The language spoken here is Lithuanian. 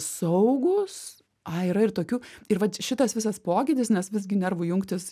saugūs ai yra ir tokių ir vat šitas visas pokytis nes visgi nervų jungtys